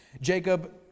Jacob